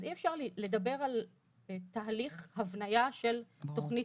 אז אי אפשר לדבר על תהליך הבניה של תוכנית